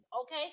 okay